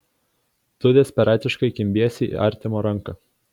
tu desperatiškai kimbiesi į artimo ranką